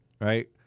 right